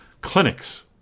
clinics